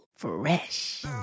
Fresh